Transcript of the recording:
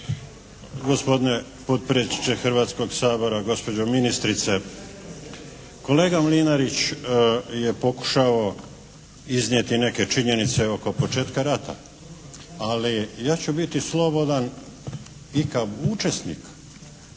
Gospodine potpredsjedniče Hrvatskog sabora, gospođo ministrice! Kolega Mlinarić je pokušao iznijeti neke činjenice oko početka rata. Ali ja ću biti slobodan i kao učesnik